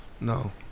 No